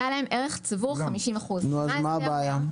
היה להם ערך צבור 50%. אז מה הבעיה?